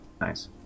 nice